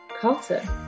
Carter